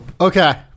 okay